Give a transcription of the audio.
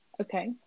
Okay